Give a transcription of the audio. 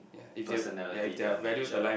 personality their nature